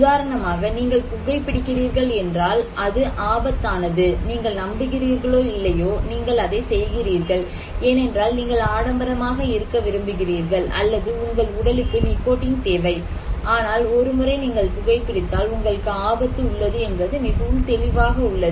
உதாரணமாக நீங்கள் புகை பிடிக்கிறீர்கள் என்றால் அது ஆபத்தானது நீங்கள் நம்புகிறீர்களோ இல்லையோ நீங்கள் அதைச் செய்கிறீர்கள் ஏனென்றால் நீங்கள் ஆடம்பரமாக இருக்க விரும்புகிறீர்கள் அல்லது உங்கள் உடலுக்கு நிகோடின் தேவை ஆனால் ஒரு முறை நீங்கள் புகைபிடித்தால் உங்களுக்கு ஆபத்து உள்ளது என்பது மிகவும் தெளிவாக உள்ளது